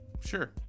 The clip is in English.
Sure